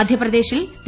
മധ്യപ്രദേശിൽ പി